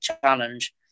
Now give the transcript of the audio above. challenge